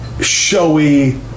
Showy